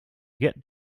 get